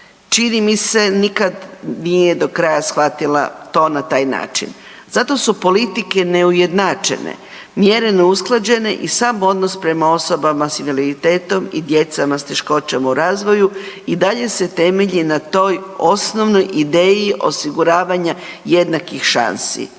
čini mi se nikad nije do kraja shvatila to na taj način zato su politike neujednačene, mjere neusklađene i sam odnos prema osobama s invaliditetom i djecama s teškoćama u razvoju i dalje se temelji na toj osnovnoj ideji osiguravanja jednakih šansi.